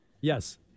Yes